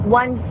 one